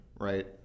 right